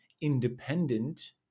independent